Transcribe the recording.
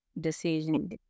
decision